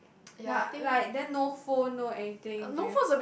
ya like then no phone no anything during